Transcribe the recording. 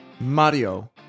Mario